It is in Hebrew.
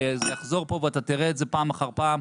זה יחזור פה ואתה תראה את זה פעם אחר פעם,